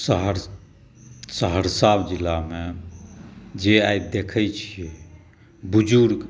सहरसा जिलामे जे आइ देखै छिए बुजुर्ग